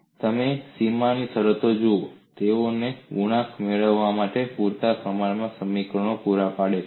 અને તમે સીમા શરતો જુઓ તેઓ તમને ગુણાંક મેળવવા માટે પૂરતા પ્રમાણમાં સમીકરણો પૂરા પાડે છે